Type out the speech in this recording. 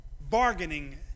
bargaining